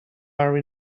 are